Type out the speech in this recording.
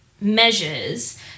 measures